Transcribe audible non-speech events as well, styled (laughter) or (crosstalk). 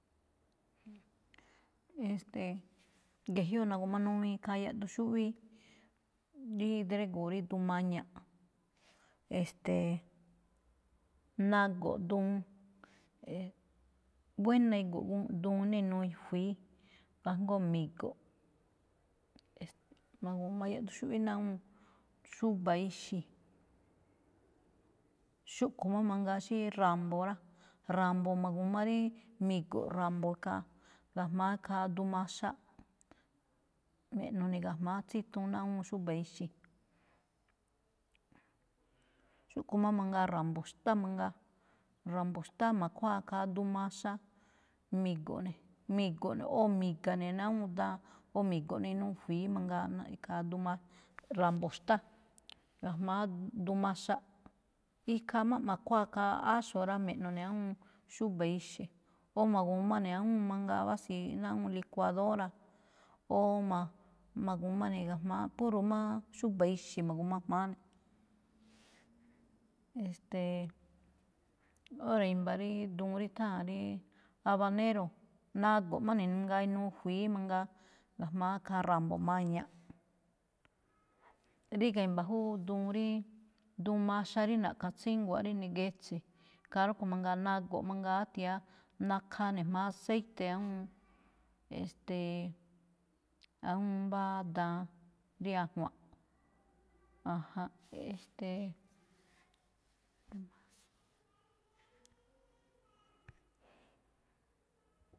E̱ste̱e̱, ge̱jyoꞌ na̱gu̱manuwiin khaa yaꞌduun xúꞌwí rí drégo̱o̱ rí duun maña̱ꞌ. E̱ste̱e̱, (hesitation) nago̱ꞌ duun, e̱e̱, buéna̱ ego̱ꞌ gu (hesitation) duun náa inuu inuu i̱fui̱í, kajngó mi̱go̱ꞌ. (hesitation) na̱gu̱ma yaꞌduun xúꞌwí ná awúun xúba̱ exi̱. Xúꞌkho̱ má mangaa xí ra̱mbo̱ rá, ra̱mbo̱ ma̱gu̱ma rí mi̱go̱ꞌ ra̱mbo̱ ikhaa, ga̱jma̱á khaa duun maxaꞌ, me̱ꞌno̱ ne̱ ga̱jma̱á tsítuun ná awúun xúba̱ exi̱. Xúꞌkho̱ má mangaa ra̱mbo̱ xtá mangaa, ra̱mbo̱ xtá ma̱khuáa khaa duun maxa, mi̱go̱ꞌ ne̱. Mi̱go̱ꞌ ne̱ o mi̱ga̱ ne̱ ná awúun daan o mi̱go̱ꞌ ne̱ inuu fui̱í mangaa naꞌ-ikhaa duun ma- ra̱mbo̱ xtá ga̱jma̱á duun maxaꞌ. Ikhaa má ma̱khuáa khaa áxo̱ rá, mi̱ꞌno̱ ne̱ awúun xúba̱ exi̱, o ma̱gu̱ma ne̱ awúun mangaa bási̱i ná awúun licuadora o ma̱-ma̱gu̱ma ne̱ ga̱jma̱á puro máá xú ixe̱ ma̱gu̱ma jma̱á ne̱. E̱ste̱e̱, (hesitation) óra̱ i̱mba̱ ríí duun ríí duun rí itháa̱n ríí abanero, nago̱ꞌ má ne̱ mangaa inuu jui̱í mangaa ga̱jamá̱ khaa ra̱mbo̱ maña̱ꞌ. Ríga̱ i̱mba̱ júú duun rí, duun maxa rí na̱ꞌkha tsíngua̱ꞌ rí negetse̱, khaa rúꞌkho̱ mangaa nago̱ꞌ mangaa, áthia̱á nakhaa ne̱ jma̱á aceite awúun, (noise) e̱ste̱e̱, (hesitation) awúun mbáá daan rí ajwa̱nꞌ, (noise) ajánꞌ, ajánꞌ. E̱ste̱e̱. (noise)